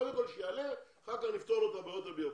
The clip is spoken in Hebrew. קודם כל שיעלה ואחר כך נפתור לו את הבעיות הבירוקרטיות.